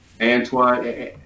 Antoine